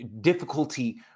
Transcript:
difficulty